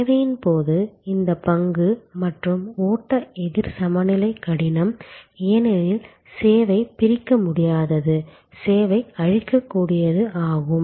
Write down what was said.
சேவையின் போது இந்த பங்கு மற்றும் ஓட்ட எதிர் சமநிலை கடினம் ஏனெனில் சேவை பிரிக்க முடியாதது சேவை அழியக்கூடியது ஆகும்